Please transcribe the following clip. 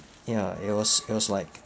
ya it was it was like